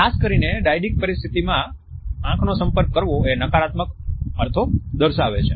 ખાસ કરીને ડાયડીક પરિસ્થિમાં આંખોનો સંપર્ક કરવો એ નકારાત્મક અર્થો દર્શાવે છે